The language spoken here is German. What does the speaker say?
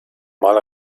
mal